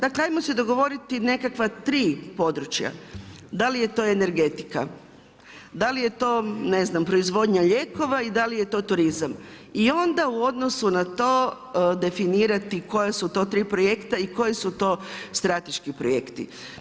Dakle ajmo se dogovoriti nekakva tri područja, da li je to energetika, da li je to ne znam proizvodnja lijekova i da li je to turizam i onda u odnosu na to definirati koja su to tri projekta i koji su to strateški projekti.